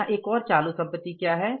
यहां एक और चालू संपत्ति क्या है